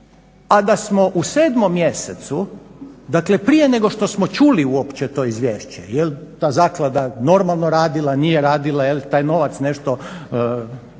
a da smo u 7. mjesecu, dakle prije nego što smo čuli uopće to izvješće jel' ta zaklada normalno radila, nije radila, jel' taj novac nešto